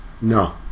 no